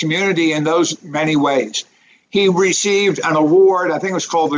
community and those anyway he received an award i think was called